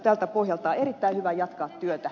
tältä pohjalta on erittäin hyvä jatkaa työtä